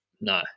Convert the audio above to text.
No